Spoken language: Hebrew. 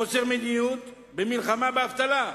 חוסר מדיניות במלחמה באבטלה.